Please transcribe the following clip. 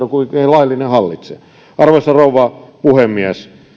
on kuitenkin laillinen hallitsija arvoisa rouva puhemies